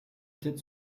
têtes